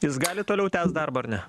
jis gali toliau tęst darbą ar ne